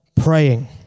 praying